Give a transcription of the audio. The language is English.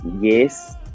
yes